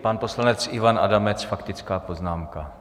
Pan poslanec Ivan Adamec, faktická poznámka.